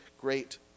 great